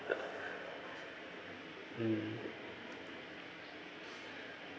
mm